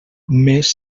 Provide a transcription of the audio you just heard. més